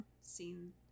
seen